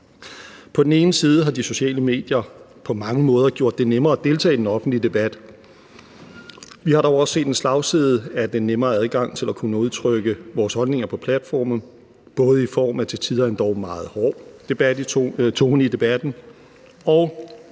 På den ene side har de sociale medier på mange måder gjort det nemmere at deltage i den offentlige debat. Vi har dog også set en slagside af den nemmere adgang til at kunne udtrykke vores holdninger på platforme, både i form af en til tider endog meget hård tone i debatten og